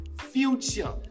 future